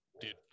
Dude